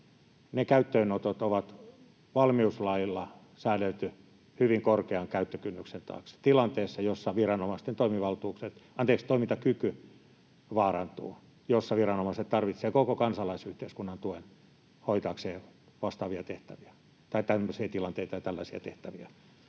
Ne käyttöönotot on valmiuslailla säädelty hyvin korkean käyttökynnyksen taakse tilanteessa, jossa viranomaisten toimintakyky vaarantuu ja jossa viranomaiset tarvitsevat koko kansalaisyhteiskunnan tuen hoitaakseen tämmöisiä tilanteita ja tällaisia tehtäviä.